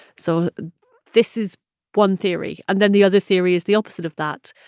so this is one theory. and then the other theory is the opposite of that,